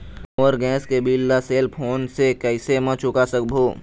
मोर gas के bill ला cell phone से कैसे म चुका सकबो?